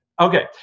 Okay